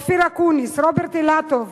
אופיר אקוניס, רוברט אילטוב,